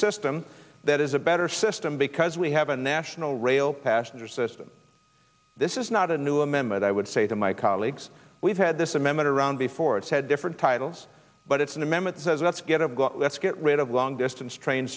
system that is a better system because we have a national rail passenger system this is not a new amendment i would say to my colleagues we've had this amendment around before it's had different titles but it's an amendment says let's get it got let's get rid of long distance train